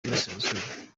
y’iburasirazuba